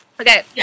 Okay